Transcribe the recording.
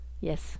Yes